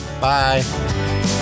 Bye